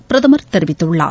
பிரதமர் தெரிவித்துள்ளார்